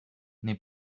n’est